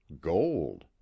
gold